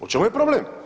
U čemu je problem?